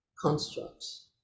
constructs